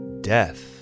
Death